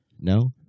No